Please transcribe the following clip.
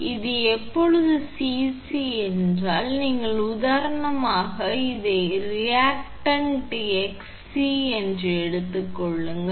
எனவே இது எப்போது 𝐶𝑐 என்றால் நீங்கள் உதாரணமாக நீங்கள் அதை ரியாக்டண்ட் 𝑋𝑐 ரியாக்டண்ட் என்று எடுத்துக் கொள்ளுங்கள்